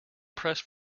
pressed